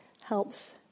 helps